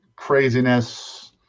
Craziness